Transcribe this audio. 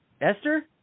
Esther